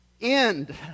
end